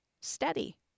steady